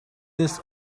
this